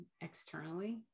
externally